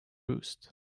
roost